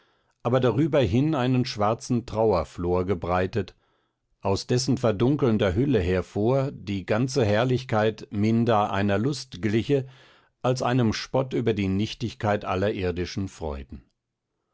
aber drüberhin einen schwarzen trauerflor gebreitet aus dessen verdunkelnder hülle hervor die ganze herrlichkeit minder einer lust gliche als einem spott über die nichtigkeit aller irdischen freuden